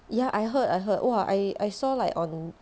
ya I heard I heard !wah! I I saw like on